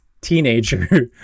teenager